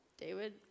David